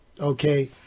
Okay